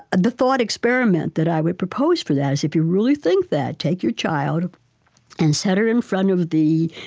the thought experiment that i would propose for that is, if you really think that, take your child and set her in front of the,